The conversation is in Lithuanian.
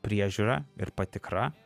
priežiūra ir patikra